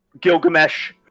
Gilgamesh